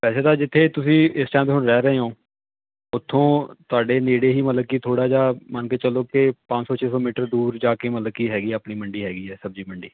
ਵੈਸੇ ਤਾਂ ਜਿੱਥੇ ਤੁਸੀਂ ਇਸ ਟਾਈਮ ਰਹਿ ਰਹੇ ਹੋ ਉਥੋਂ ਤੁਹਾਡੇ ਨੇੜੇ ਹੀ ਮਤਲਬ ਕਿ ਥੋੜ੍ਹਾ ਜਿਹਾ ਮੰਨ ਕੇ ਚੱਲੋ ਕਿ ਪੰਜ ਸੌ ਛੇ ਸੌ ਮੀਟਰ ਦੂਰ ਜਾ ਕੇ ਮਤਲਬ ਕਿ ਹੈਗੀ ਆ ਆਪਣੀ ਮੰਡੀ ਹੈਗੀ ਆ ਸਬਜ਼ੀ ਮੰਡੀ